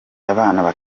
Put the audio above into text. abana